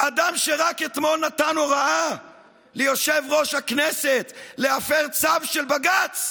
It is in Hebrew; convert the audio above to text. אדם שרק אתמול נתן הוראה ליושב-ראש הכנסת להפר צו של בג"ץ,